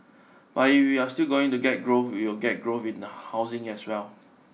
but if we are still going to get growth will get growth in the housing as well